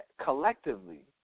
collectively